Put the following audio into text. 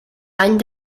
any